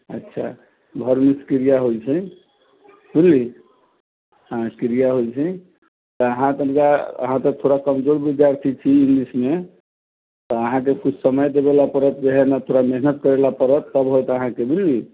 अच्छा verb means क्रिया होइ छै बुझलि हँ क्रिया होइ छै अहाँ तनिका अहाँ तऽ थोड़ा कमजोर विद्यार्थी छी इंग्लिश मे तऽ अहाँके कुछ समय देबेलए परत जे है न थोड़ा मेहनत करैलए परत तब होएत अहाँके बुझलि